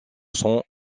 san